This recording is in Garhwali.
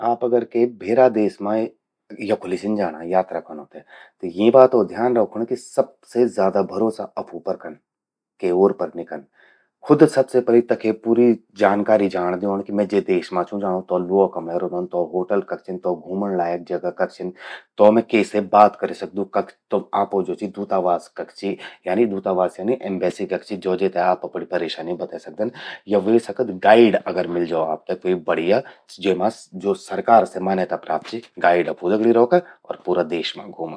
आप अगर के भेरा देश मां यखुलि छिन जाणा यात्रा कनौ ते। त यीं बातो ध्यान रौखण कि सबसे ज्यादा भरोसा अफू पर कन, के ओर पर नि कन्न। खुद सबसे पलि तखे पूरी जानकारी जाण द्योण कि मैं जे देश मां छूं जाणूं, तो ल्वो कमण्ये रौंदन। तो होटल कख छिन, तो घूमण लायक जगा कख छिन, तो मैं के से बात करि सकदू, कख आपो ज्वो चि दूतावास कख चि। यानी दूतावास यानी एम्बेसी को चि, जो जे ते आप अपणि परेशानी बतै सकदन। या ह्वे सकद गाइड अगर मिल जो आपते क्वे बढ़िया। जेमा ज्वो सरकार से मान्यता प्राप्त चि गाइड अफू दगड़ि रौखा अर पूरा देश मां घूमा।